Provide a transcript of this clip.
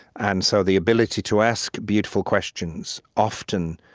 and so the ability to ask beautiful questions, often,